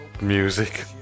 music